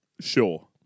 Sure